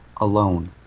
alone